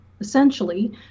essentially